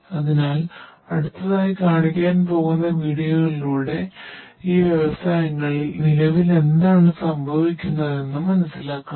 അതിനാൽ അടുത്തതായി കാണിക്കാൻ പോകുന്ന വീഡിയോകളിലൂടെ ഈ വ്യവസായങ്ങളിൽ നിലവിൽ എന്താണ് സംഭവിക്കുന്നതെന്ന് മനസ്സിലാക്കാം